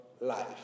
life